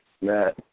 Matt